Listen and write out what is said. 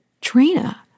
Trina